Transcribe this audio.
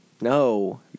No